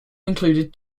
included